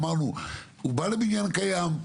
אמרנו: הוא בא לבניין קיים.